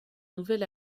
nouvel